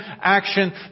action